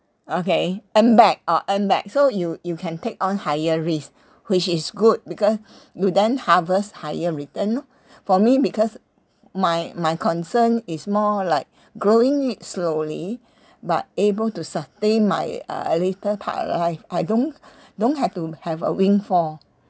okay earn back uh earn back so you you can take on higher risk which is good because you then harvest higher return lor for me because my my concern is more like growing it slowly but able to sustain my uh later part of life I don't don't have to have a windfall